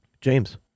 James